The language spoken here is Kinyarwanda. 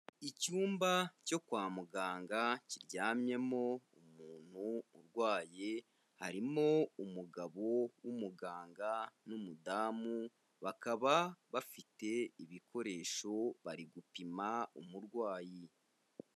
Icyumba cyo kwa muganga kiryamyemo umuntu urwaye, harimo umugabo w'umuganga n'umudamu, bakaba bafite ibikoresho, bari gupima umurwayi.